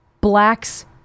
blacks